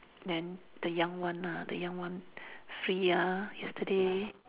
then the young one ah the young one free ah yesterday